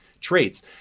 traits